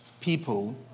people